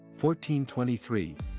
1423